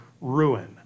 ruin